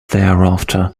thereafter